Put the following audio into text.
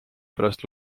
pärast